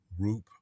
group